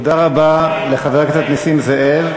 תודה רבה לחבר הכנסת נסים זאב.